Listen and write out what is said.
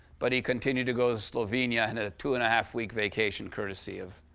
but he continued to go to slovenia and had a two-and-a-half-week vacation courtesy of